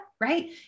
right